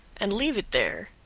and leave it there,